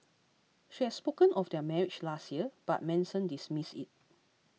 she had spoken of their marriage last year but Manson dismissed it